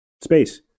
space